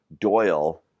Doyle